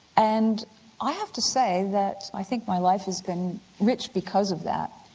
and i have to say that i think my life has been rich because of that.